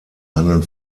handeln